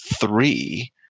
three